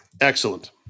Excellent